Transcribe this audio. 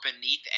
beneath